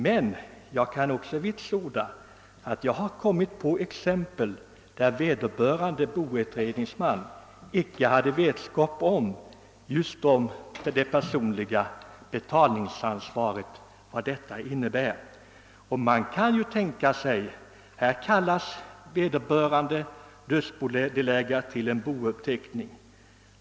Men jag kan också vitsorda att jag kommit på exempel där vederbörande boutredare inte hade vetskap om just det personliga betalningsansvaret och vad detta innebär. Man kan tänka sig att vederbörande dödsbodelägare kallas till en bouppteckning.